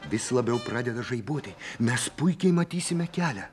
vis labiau pradeda žaibuoti mes puikiai matysime kelią